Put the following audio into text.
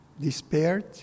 despaired